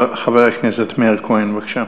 חבר הכנסת מאיר כהן, בבקשה.